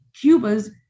Cuba's